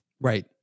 Right